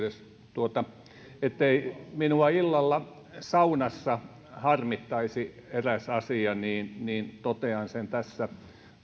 yhteydessä ettei minua illalla saunassa harmittaisi eräs asia niin niin totean sen tässä